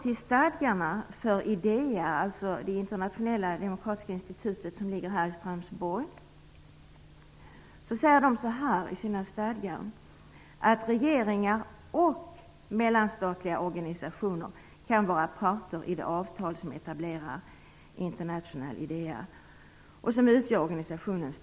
I stadgarna för IDEA, det internationella demokratiska institutet som ligger i Strömsborg, sägs det: Regeringar och mellanstatliga organisationer kan vara parter vid avtal som etablerar internationella idéer.